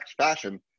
fashion